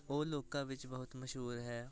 ਉਹ ਲੋਕਾਂ ਵਿੱਚ ਬਹੁਤ ਮਸ਼ਹੂਰ ਹੈ